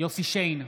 יוסף שיין,